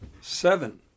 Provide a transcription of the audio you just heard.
seven